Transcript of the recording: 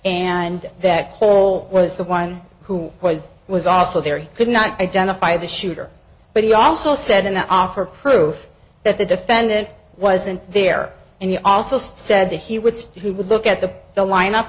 and that hole was the one who was was also there he could not identify the shooter but he also said in that offer proof that the defendant wasn't there and he also said that he would say he would look at the the lineup